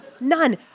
None